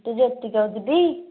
ତୁ ଜ୍ୟୋତି କହୁଛୁ ଟି